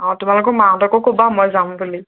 অঁ তোমালোকৰ মাহঁতকো ক'বা মই যাম বুলি